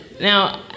now